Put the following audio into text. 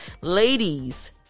Ladies